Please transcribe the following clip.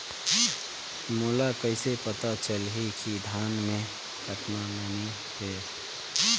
मोला कइसे पता चलही की धान मे कतका नमी हे?